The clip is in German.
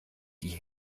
die